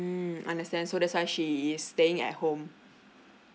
mm understand so that's why she is staying at home